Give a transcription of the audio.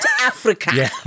Africa